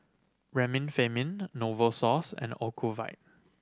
Remifemin Novosource and Ocuvite